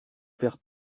faire